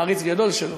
מעריץ גדול שלו.